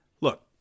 Look